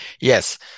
Yes